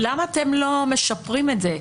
המשפטים, למה אתם לא משפרים את זה?